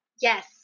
Yes